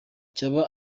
cyaba